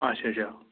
اَچھا اَچھا